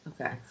okay